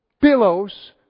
pillows